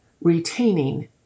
retaining